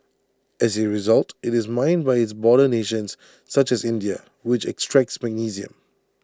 as A result IT is mined by its border nations such as India which extracts magnesium